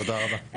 תודה רבה.